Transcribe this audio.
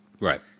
Right